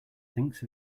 thinks